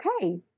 okay